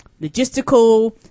logistical